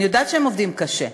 אני יודעת שהם עובדים קשה.